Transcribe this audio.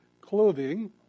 clothing